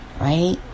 right